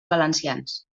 valencians